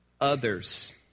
others